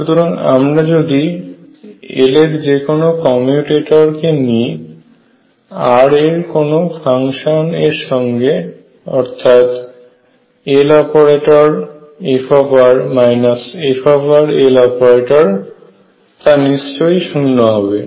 সুতরাং আমরা যদি L এর যেকোনো কমিউটেটর কে নি r এর কোনো ফাংশন এর সঙ্গে অর্থাৎ Loperatorf fLoperator নিশ্চয়ই শূন্য হবে